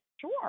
Sure